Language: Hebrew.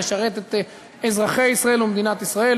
לשרת את אזרחי ישראל ומדינת ישראל,